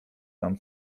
tam